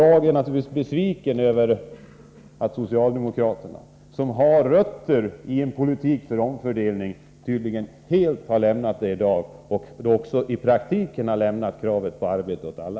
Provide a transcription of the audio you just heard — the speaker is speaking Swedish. Jag är naturligtvis besviken över att socialdemokraterna, som har sina rötter i en politik för omfördelning, i dag tydligen helt har övergivit den och i praktiken även helt har övergivit kravet på arbete åt alla.